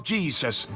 Jesus